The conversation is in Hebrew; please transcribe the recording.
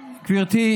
ל-500, לא, גברתי,